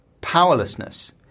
powerlessness